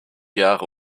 jahre